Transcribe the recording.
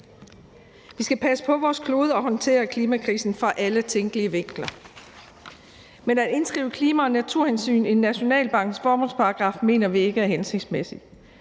Vi skal passe på vores klode og håndtere klimakrisen fra alle tænkelige vinkler. Men at indskrive klima- og naturhensyn i Nationalbankens formålsparagraf mener vi ikke er hensigtsmæssigt.